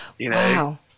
Wow